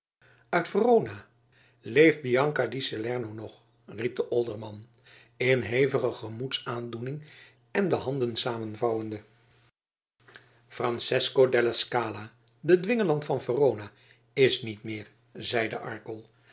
uit verona leeft leeft bianca di salerno nog riep de olderman in hevige gemoedsaandoening en de handen samenvouwende francesco della scala de dwingeland van verona is niet meer zeide arkel